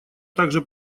также